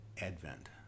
advent